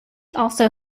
also